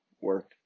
work